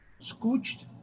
scooched